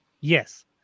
Yes